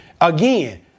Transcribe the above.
Again